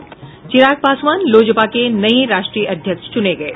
और चिराग पासवान लोजपा के नये राष्ट्रीय अध्यक्ष चूने गये